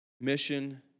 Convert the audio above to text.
mission